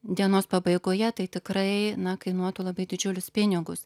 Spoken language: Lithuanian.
dienos pabaigoje tai tikrai na kainuotų labai didžiulius pinigus